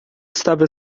estava